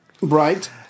Right